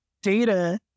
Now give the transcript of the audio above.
Data